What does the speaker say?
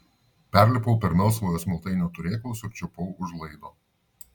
perlipau per melsvojo smiltainio turėklus ir čiupau už laido